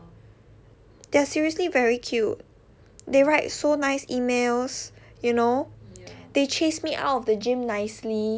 they are seriously very cute they write so nice emails you know they chase me out of the gym nicely